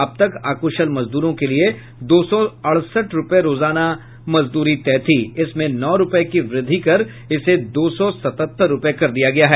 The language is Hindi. अब तक अकुशल मजदूरों के लिये दो सौ अड़सठ रूपये रोजाना तय थी इसमें नौ रूपये की वृद्धि कर दो सौ सतहत्तर रूपये कर दिया गया है